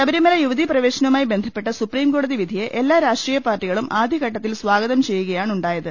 ശബരിമല യുവതീപ്രവേശനവുമായി ബന്ധപ്പെട്ട സുപ്രീംകോ ടതി വിധിയെ എല്ലാ രാഷ്ട്രീയപാർട്ടികളും ആദ്യഘട്ടത്തിൽ സ്വാഗതംചെയ്യുകയാണുണ്ടായത്